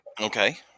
Okay